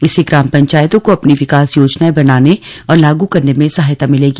इससे ग्राम पंचायतों को अपनी विकास योजनाएं बनाने और लागू करने में सहायता मिलेगी